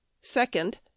second